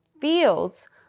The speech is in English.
fields